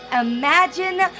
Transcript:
imagine